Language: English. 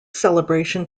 celebration